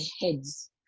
heads